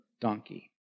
donkey